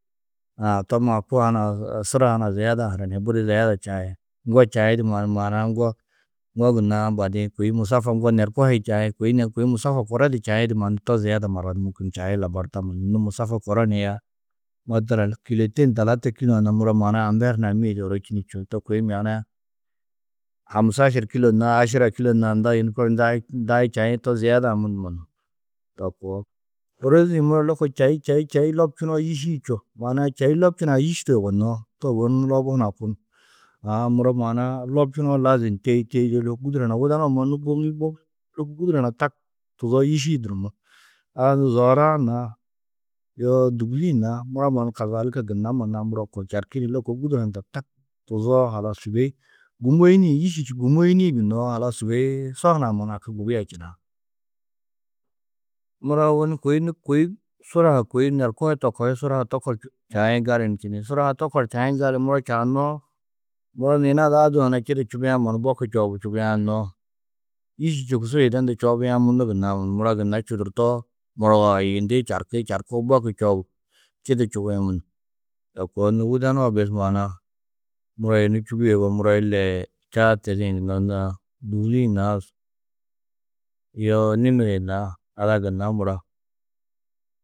Aa to mannu kûo hunã suraaa hunã ziyedã hananiin, budi ziyeda čai. Ŋgo čaĩ di mannu maana-ã ŋgo, ŋgo gunnãá badi-ĩ kôi musafa ŋgo nerko hi čaĩ, kôi, kôi musafa koro di čaĩ di mannu to ziyeda marat mûkun čai labar tam. Nû musafa koro ni aya matalan kîlotein, talata kîlo-ã na muro amber hunã mîe du ôro činî čûwo, to kôi maana-ã hamustašur kîlo naa ašura kîlo naa nda, yunu kor ndai, ndai čaĩ to ziyeda-ã munumo nuũ to koo. Ôrozi-ĩ muro lôko čaî, čaî čaî lobčunoo yîsi čuo. Maana-ã čaî lobčinã yîsido yugonnoó to ôwonni nulobu hunã kunu. Aã muro maana-ã lobčinoo lazim têi, têi lôko gûduro hunã. Widenu-ã mannu nû boŋi, bôk, lôko gûduro hunã tak tuzoo, yîsi durumuu. A nû zoor-ã naa yoo dûguli-ĩ naa mura mannu kazalika gunna mannu a muro koo. Čarkî lôko gûduro hundã tak tuzoo halas sûgoi gûmoyini, yîsi čî gûmoyinĩ gunnoó halas sûgoi so hunã mannu haki gubia činaá. Muro ôwonni kôi nû kôi suraa kôi norko to koo hi suraa to kor čaĩ galin čini. Suraa to kor čaĩ gali, muro čaanoó, muro nû yina ada adûo huna čidu čubiã mannu boki čoobu čubiã noo, yîsu čûku su hidendu čoobiã mundu gunnaá munum. Muro gunna čudurtoo, morogooyindi čarki, čarku boki čoobu čidu čubĩ munum. To koo nû. Widenu-ã bes maana-ã muro yunu čubîe yugó, muro illee čaa tedĩ gunnoo, nû a, dûguli-ĩ naa yoo nimir-ã naa ada gunna muro.